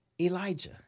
Elijah